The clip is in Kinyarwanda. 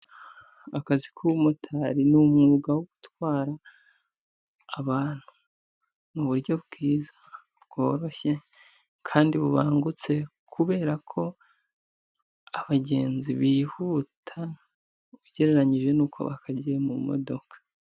Akazi k'umumotari ni umwuga wo gutwara abantu mu buryo bwiza bworoshye kandi bubangutse, kubera ko abagenzi bihuta ugereranyije n'uko bakagiye mu modoka.